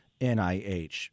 NIH